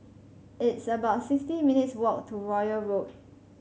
it's about sixty minutes walk to Royal Road